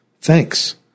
Thanks